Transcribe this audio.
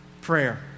prayer